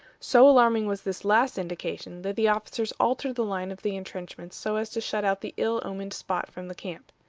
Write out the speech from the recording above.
so alarming was this last indication, that the officers altered the line of the intrenchments so as to shut out the ill-omened spot from the camp.